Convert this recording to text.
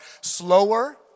slower